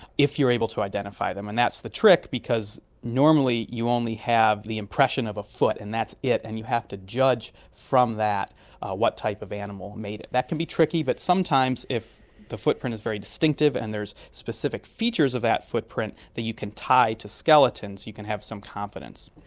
if you are able to identify them, and that's the trick because normally you only have the impression of a foot and that's it and you have to judge from that what type of animal made it. that can be tricky, but sometimes if the footprint is very distinctive and there are specific features of that footprint that you can tie to skeletons, you can have some confidence.